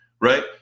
right